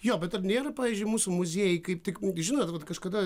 jo bet ar nėra pavyzdžiui mūsų muziejai kaip tik žinot vat kažkada